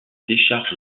décharge